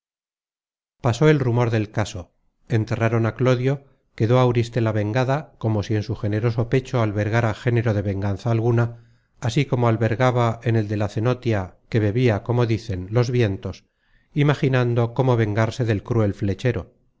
pasó el rumor del caso enterraron á clodio quedó auristela vengada como si en su generoso pecho albergara género de venganza alguna así como albergaba en el de la cenotia que bebia como dicen los vientos imaginando como vengarse del cruel flechero